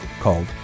called